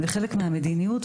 חלק מהמדיניות,